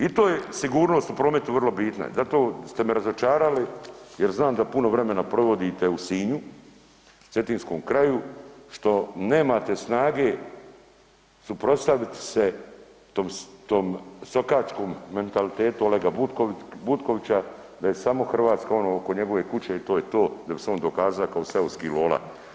I to je sigurnost u prometu vrlo bitna i zato ste me razočarali jer znam da puno vremena provodite u Sinju, cetinskom kraju što nemate snage suprotstaviti se tom, tom sokačkom mentalitetu Olega Butkovića da je samo Hrvatska ono oko njegove kuće i to je to da bi se on dokaza kao seoski lola.